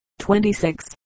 26